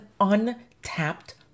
untapped